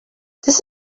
this